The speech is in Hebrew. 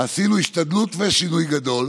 עשינו השתדלות ושינוי גדול